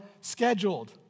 scheduled